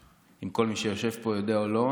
אם כל מי שיושב פה יודע או לא,